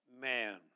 man